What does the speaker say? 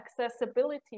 accessibility